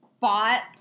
bought